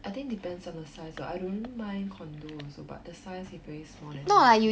I think it depends on the size lah I don't mind condo also but the size if very small then